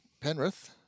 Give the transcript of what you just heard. Penrith